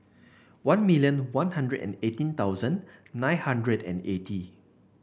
one million One Hundred and eighteen thousand nine hundred and eighty